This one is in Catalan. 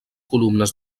columnes